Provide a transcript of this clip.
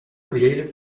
creative